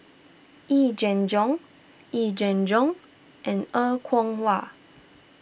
Yee Jenn Jong Yee Jenn Jong and Er Kwong Wah